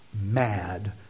mad